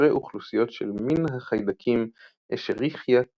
אוכלוסיות של מין החיידקים Escherichia coli,